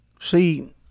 See